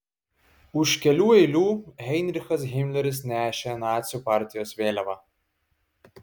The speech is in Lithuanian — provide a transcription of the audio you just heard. už kelių eilių heinrichas himleris nešė nacių partijos vėliavą